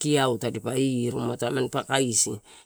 kiau tadipai matanrun pakai isi.